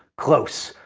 close,